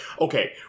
okay